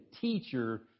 teacher